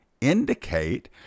indicate